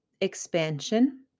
Expansion